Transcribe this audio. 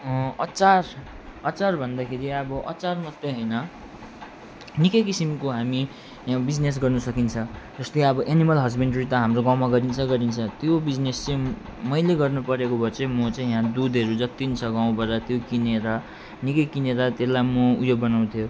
अचार अचार भन्दाखेरि अब अचार मात्रै होइन निकै किसिमको हामी यहाँ बिजिनेस गर्नु सकिन्छ जसले अब एनिमल हस्बेन्ड्री त हाम्रो गाउँमा गरिन्छ गरिन्छ त्यो बिजिनेस चाहिँ मैले गर्नु परेको भए छे म चाहिँ यहाँ दुधहरू जति पनि छ गाउँ बजारतिर त्यो किनेर निकै किनेर त्यसलाई म ऊ यो बनाउँथ्यो